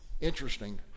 Interesting